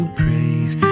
praise